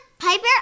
Piper